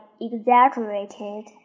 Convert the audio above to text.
exaggerated